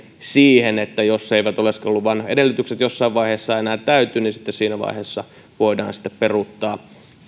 myös siihen että jos oleskeluluvan edellytykset eivät jossain vaiheessa enää täytyy niin sitten siinä vaiheessa voidaan peruuttaa